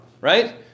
right